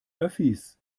öffis